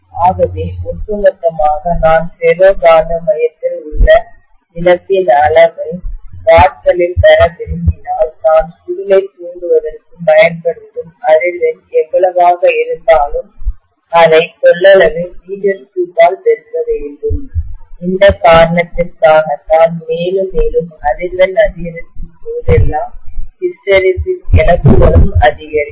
ஆகவே ஒட்டுமொத்தமாக நான் ஃபெரோ காந்த மையத்தில் உள்ள இழப்பின் அளவை வாட் களில் பெற விரும்பினால் நான் சுருளை தூண்டுவதற்கு பயன்படுத்தும் அதிர்வெண் எவ்வளவாக இருந்தாலும் அதை கொள்ளளவை மீ3 ஆல் பெருக்க வேண்டும் இந்த காரணத்திற்காக தான் மேலும் மேலும் அதிர்வெண் அதிகரிக்கும் போது எல்லாம் ஹிஸ்டெரெசிஸ் இழப்புகளும் அதிகரிக்கும்